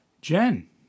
Jen